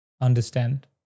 Understand